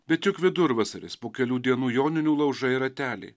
bet juk vidurvasaris po kelių dienų joninių laužai rateliai